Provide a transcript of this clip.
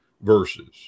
verses